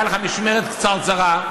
היה לך משמרת קצרצרה,